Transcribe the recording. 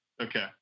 Okay